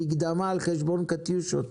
מקדמה על חשבון קטיושות,